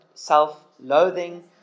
self-loathing